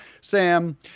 Sam